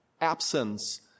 Absence